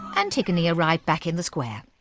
antigone arrived back in the square.